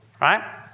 right